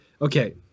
okay